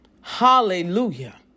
Hallelujah